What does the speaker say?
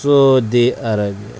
Saudi Arabia